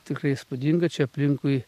tikrai įspūdinga čia aplinkui